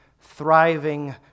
thriving